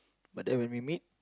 but then when we meet